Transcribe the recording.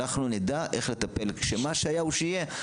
אנחנו נדע איך לטפל שמה שהיה הוא שיהיה,